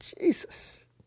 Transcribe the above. Jesus